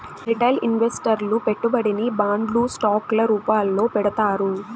retail ఇన్వెస్టర్లు పెట్టుబడిని బాండ్లు స్టాక్ ల రూపాల్లో పెడతారు